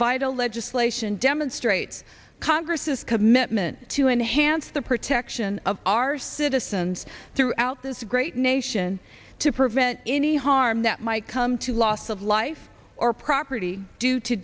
vital legislation demonstrates congress commitment to enhance the protection of our citizens throughout this great nation to prevent any harm that might come to loss of life or property due to